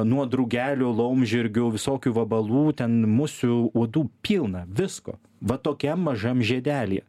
nuo drugelių laumžirgių visokių vabalų ten musių uodų pilna visko va tokiam mažam žiedelyje